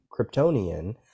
Kryptonian